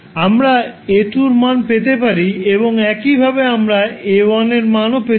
আমরা A2 এর মান পেতে পারি এবং একইভাবে আমরা A1 এর মানও পেতে পারি